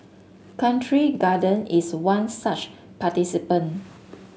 Country Garden is one such participant